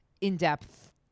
in-depth